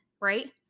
right